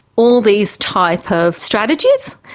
all these type of strategies,